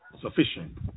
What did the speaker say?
sufficient